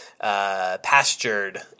pastured